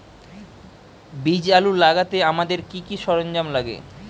বীজ আলু লাগাতে আমাদের কি কি সরঞ্জাম লাগে?